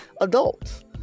adults